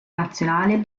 nazionale